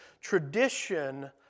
tradition